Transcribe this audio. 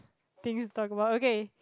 thing to talk about okay